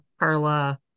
Carla